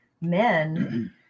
men